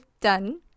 done